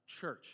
church